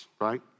right